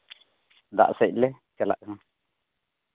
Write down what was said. ᱫᱟᱜᱥᱮᱫ ᱞᱮ ᱪᱟᱞᱟᱜ ᱠᱟᱱᱟ